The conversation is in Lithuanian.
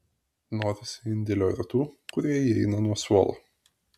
norisi indėlio ir tų kurie įeina nuo suolo